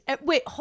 wait